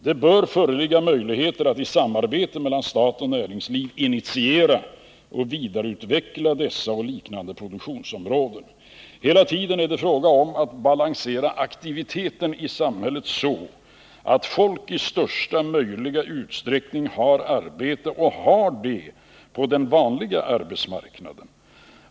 Det bör föreligga möjligheter att i samarbete mellan stat och näringsliv initiera och vidareutveckla dessa och liknande produktionsområden. Hela tiden är det fråga om att balansera aktiviteten i samhället så att folk i största möjliga utsträckning har arbete — och har det på den vanliga arbetsmarknaden.